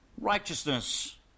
righteousness